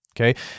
okay